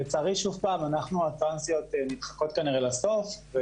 לצערי, שוב פעם אנחנו הטרנסיות נדחקות כנראה לסוף.